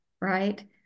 right